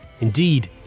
Indeed